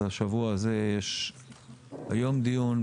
אז השבוע הזה יש יום דיון.